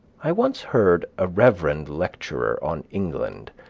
i once heard a reverend lecturer on england,